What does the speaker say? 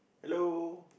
hello